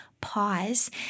pause